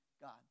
God